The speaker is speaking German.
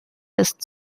ist